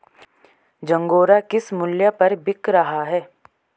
झंगोरा किस मूल्य पर बिक रहा है?